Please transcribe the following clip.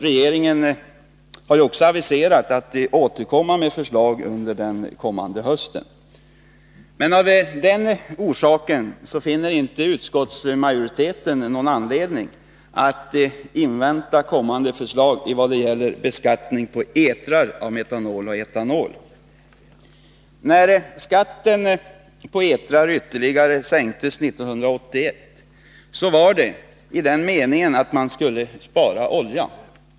Regeringen har också aviserat ett förslag till hösten. Men utskottsmajoriteten finner inte av den orsaken någon anledning att invänta kommande förslag i vad gäller beskattning av etrar av metanol och etanol. När skatten på etrar ytterligare sänktes 1981 var det i avsikt att spara olja.